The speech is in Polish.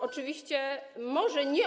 Oczywiście może nie.